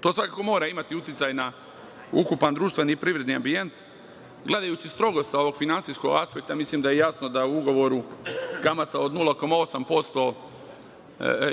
To svakako mora imati uticaj na ukupan društveni privredni ambijent. Gledajući strogo sa ovog finansijskog aspekta, mislim da je jasno da u ugovoru kamata od 0,8%